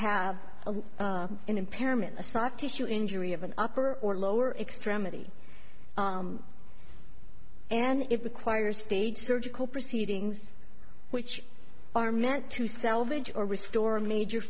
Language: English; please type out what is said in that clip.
have an impairment a soft tissue injury of an upper or lower extremity and it requires state surgical proceedings which are meant to salvage or restore a major